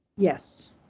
Yes